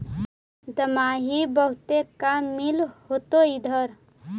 दमाहि बहुते काम मिल होतो इधर?